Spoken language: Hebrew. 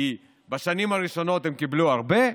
כי בשנים הראשונות הם קיבלו הרבה,